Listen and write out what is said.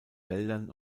wäldern